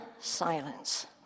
silence